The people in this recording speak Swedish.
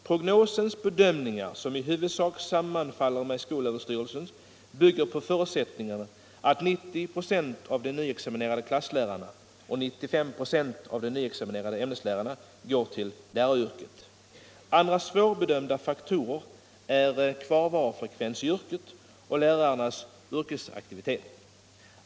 Propositionens bedömningar, som i huvudsak sammanfaller med SÖ:s, bygger på förutsättningen att 90 procent av de nyexaminerade klasslärarna och 95 procent av de nyexaminerade ämneslärarna går till läraryrket. Andra svårbedömda faktorer är kvarvarofrekvens i yrket och lärarnas yrkesaktivitet.